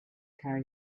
carry